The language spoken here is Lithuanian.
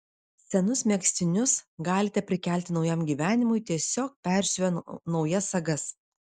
senus megztinius galite prikelti naujam gyvenimui tiesiog persiuvę naujas sagas